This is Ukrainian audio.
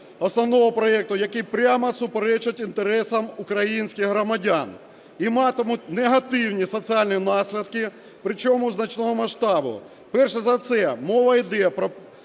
основного проекту, які прямо суперечать інтересам українських громадян і матимуть негативні соціальні наслідки, причому значного масштабу. Перш за все, мова йде про